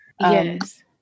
Yes